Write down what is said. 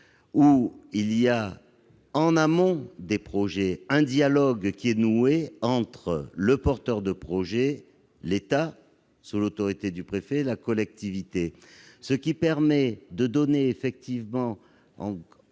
effet que, en amont des projets, un dialogue est noué entre le porteur de projet, l'État- sous l'autorité du préfet -et la collectivité. Cela permet effectivement